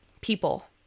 people